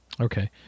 Okay